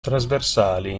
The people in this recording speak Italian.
trasversali